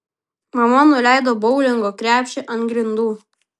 mama nuleido boulingo krepšį ant grindų